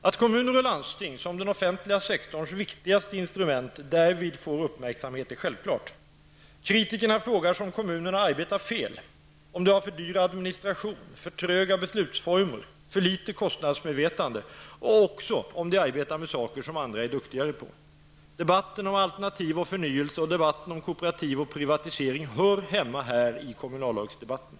Att kommuner och landsting, som den offentliga sektorns viktigaste instrument, därvid får uppmärksamhet är självklart. Kritikerna frågar sig om kommunerna arbetar fel, om de har för dyr administration, för tröga beslutsformer, för litet kostnadsmedvetande -- och om de arbetar med saker som andra är duktigare på. Debatten om alternativ och förnyelse och debatten om kooperativ och privatisering hör hemma här i kommunallagsdebatten.